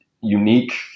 unique